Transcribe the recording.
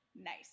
Nice